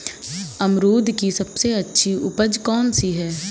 अमरूद की सबसे अच्छी उपज कौन सी है?